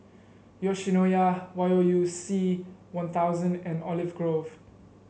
yoshinoya Y O U C One Thousand and Olive Grove